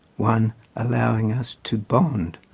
one allowing us to bond,